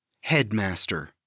Headmaster